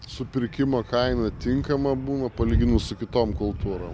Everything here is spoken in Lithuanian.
supirkimo kaina tinkama buvo palyginus su kitom kultūrom